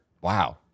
wow